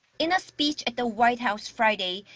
in a speech at the white house friday.